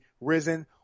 Risen